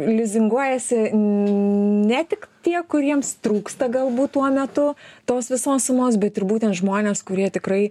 lizinguojasi ne tik tie kuriems trūksta galbūt tuo metu tos visos sumos bet ir būtent žmonės kurie tikrai